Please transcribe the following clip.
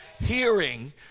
Hearing